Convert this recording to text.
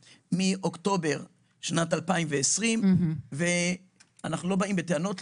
מאוקטובר שנת 2020. אנחנו לא באים בטענות.